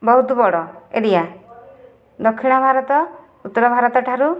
ବହୁତ ବଡ଼ ଏରିଆ ଦକ୍ଷିଣ ଭାରତ ଉତ୍ତର ଭାରତ ଠାରୁ